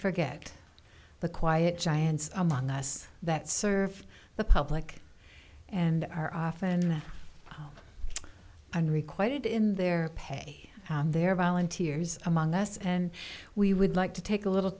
forget the quiet giants among us that serve the public and are often unrequited in their pay their volunteers among us and we would like to take a little